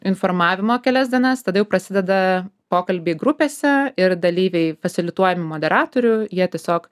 informavimo kelias dienas tada jau prasideda pokalbiai grupėse ir dalyviai fasilituoja moderatorių jie tiesiog